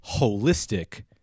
holistic